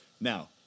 Now